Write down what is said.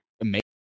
amazing